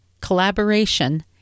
collaboration